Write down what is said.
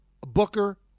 Booker